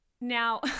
Now